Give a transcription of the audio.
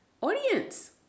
audience